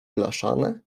blaszane